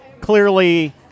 clearly